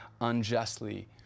unjustly